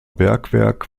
bergwerk